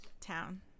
town